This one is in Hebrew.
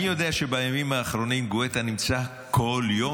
אני יודע שבימים האחרונים גואטה נמצא כל יום,